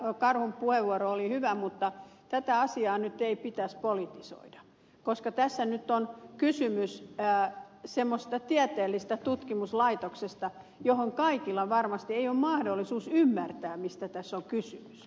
karhun puheenvuoro oli hyvä mutta tätä asiaa ei nyt pitäisi politisoida koska tässä nyt on kysymys semmoisesta tieteellisestä tutkimuslaitoksesta että kaikilla varmasti ei ole mahdollisuus ymmärtää mistä tässä on kysymys